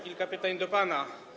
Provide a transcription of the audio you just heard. Kilka pytań do pana.